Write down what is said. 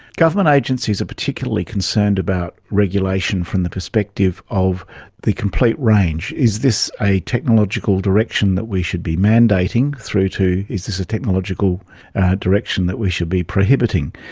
government agencies are particularly concerned about regulation from the perspective of the complete range. is this a technological direction that we should be mandating, through to is this a technological direction that we should be prohibiting,